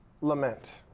lament